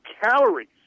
calories